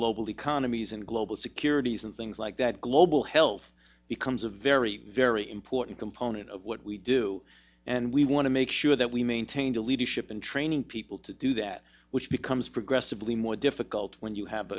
global economies and global securities and things like that global health becomes a very very important component of what we do and we want to make sure that we maintain the leadership in training people to do that which becomes progressively more difficult when you have